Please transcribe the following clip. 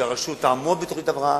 שהרשות תעמוד בתוכנית ההבראה,